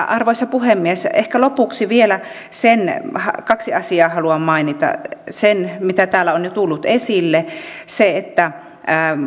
arvoisa puhemies ehkä lopuksi vielä kaksi asiaa haluan mainita sen mitä täällä on jo tullut esille eli sen että